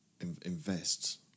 invest